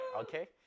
okay